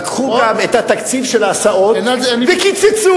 לקחו גם את תקציב ההסעות וקיצצו.